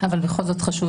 בכל זאת חשוב,